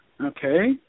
Okay